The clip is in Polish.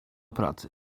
pracy